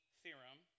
theorem